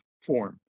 form